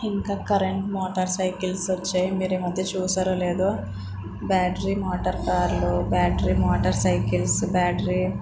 ఇంకా current motorcycles వచ్చాయి మీరు ఈ మధ్య చూశారో లేదో బ్యాటరీ మోటర్ కార్లు బ్యాటరీ మోటార్ సైకిల్ బ్యాటరీ